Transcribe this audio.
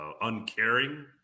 uncaring